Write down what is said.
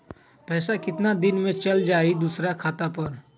पैसा कितना दिन में चल जाई दुसर खाता पर?